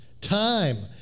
time